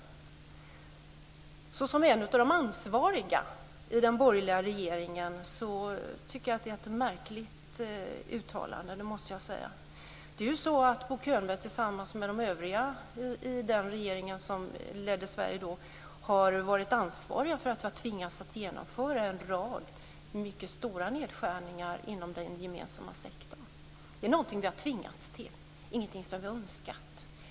Från en av de ansvariga i den borgerliga regeringen tycker jag att det var ett märkligt uttalande, det måste jag säga. Det är ju så att Bo Könberg tillsammans med de övriga i den regering som ledde Sverige då är ansvarig för att vi har tvingats genomföra en rad mycket stora nedskärningar inom den gemensamma sektorn. Det är något vi har tvingats till - ingenting som vi har önskat.